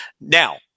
Now